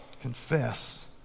confess